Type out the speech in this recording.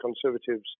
Conservatives